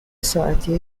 ساعتی